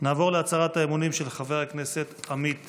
נעבור להצהרת האמונים של חבר הכנסת עמית